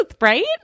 right